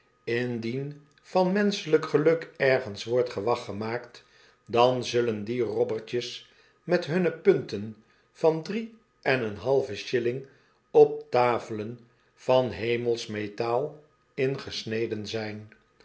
indien van menschelyk geluk ergens wordt gewag gemaakt dan zuuen die robbertjes met hunne punten van drie en een halve shilling op tafelen van hemelsch metaal ingesneden zijn